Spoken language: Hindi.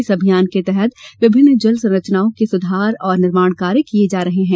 इस अभियान के तहत विभिन्न जल संरचनाओं के सुधार और निर्माण कार्य किये जा रहे हैं